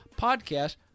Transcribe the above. podcast